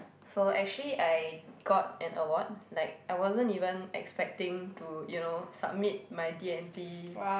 so actually I got an award like I wasn't even expecting to you know submit my D and T